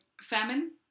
famine